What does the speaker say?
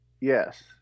yes